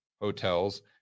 hotels